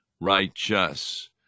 righteous